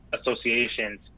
associations